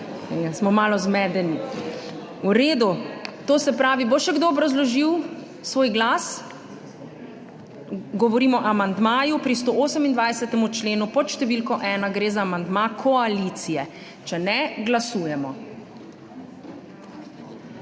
smo malo zmedeni. V redu, to se pravi, bo še kdo obrazložil svoj glas, govorimo o amandmaju pri 128. členu pod številko ena, gre za amandma koalicije? Če ne, glasujemo.